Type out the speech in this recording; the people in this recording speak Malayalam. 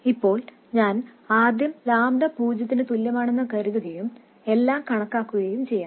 ഇപ്പോൾ ഞാൻ ആദ്യം ലാംഡ പൂജ്യത്തിന് തുല്യമാണെന്ന് കരുതുകയും എല്ലാം കണക്കാക്കുകയും ചെയ്യാം